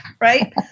right